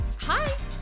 Hi